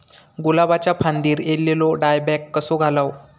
गुलाबाच्या फांदिर एलेलो डायबॅक कसो घालवं?